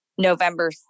November